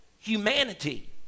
humanity